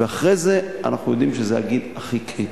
ואחרי זה אנחנו יודעים שזה הגיל הכי קריטי.